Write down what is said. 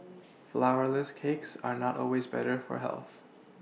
flourless cakes are not always better for health